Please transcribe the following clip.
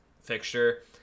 fixture